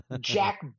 jack